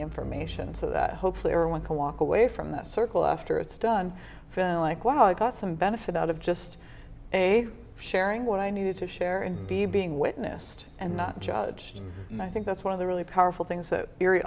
information so that hopefully everyone can walk away from that circle after it's done feel like wow i got some benefit out of just a sharing what i needed to share and be being witnessed and not judged and i think that's one of the really powerful things that eerie